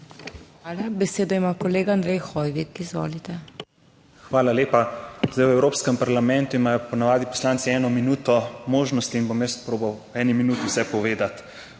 Hvala. Besedo ima kolega Andrej Hoivik, izvolite. **ANDREJ HOIVIK (PS SDS):** Hvala lepa. Zdaj v Evropskem parlamentu imajo ponavadi poslanci eno minuto možnosti in bom jaz probal v eni minuti vse povedati.